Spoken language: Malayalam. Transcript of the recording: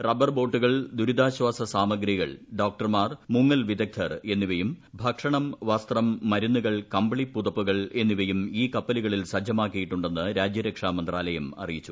റബ്ബർ ബോട്ടുകൾ ദുരിതാശ്വാസ സാമഗ്രികൾ ഡോക്ടർമാർ മുങ്ങൽ വിദഗ്ധർ എന്നിവയും ഭക്ഷണം വസ്ത്രം മരുന്നുകൾ കമ്പിളിപ്പുതപ്പുകൾ എന്നിവയും ഈ കപ്പലുകളിൽ സജ്ജമാക്കിയിട്ടുണ്ടെന്ന് രാജ്യരക്ഷാ മന്ത്രാലയം അറിയിച്ചു